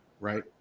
Right